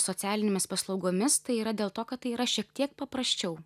socialinėmis paslaugomis tai yra dėl to kad tai yra šiek tiek paprasčiau